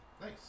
Nice